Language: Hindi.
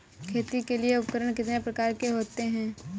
खेती के लिए उपकरण कितने प्रकार के होते हैं?